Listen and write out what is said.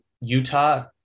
Utah